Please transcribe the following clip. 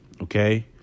Okay